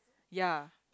ya